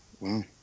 Wow